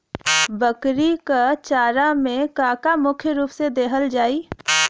बकरी क चारा में का का मुख्य रूप से देहल जाई?